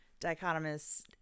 dichotomous